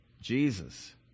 Jesus